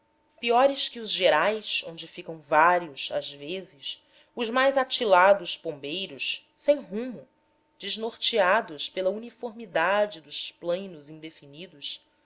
piores que os gerais onde ficam vários às vezes os mais atilados pombeiros sem rumos desnorteados pela uniformidade dos planos indefinidos